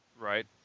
Right